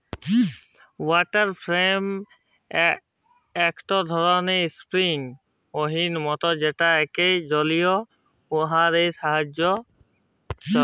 water frame একটো ধরণের spinning ওহীলের মত যেটা একটা জলীয় ওহীল এর সাহায্যে চলেক